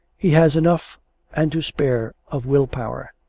he has enough and to spare of will-power,